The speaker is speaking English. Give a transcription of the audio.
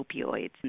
opioids